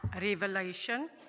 Revelation